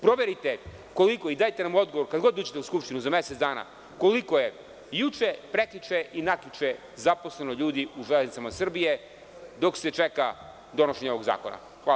Proveriti koliko i dajte nam odgovor kad god uđete u Skupštinu, za mesec dana, koliko je juče, prekjuče i nakjuče zaposleno ljudi u „Železnicama“ Srbije, dok se čeka donošenje ovog zakona?